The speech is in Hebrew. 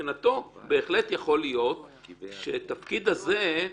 מבחינתו בהחלט יכול להיות שהתפקיד הזה,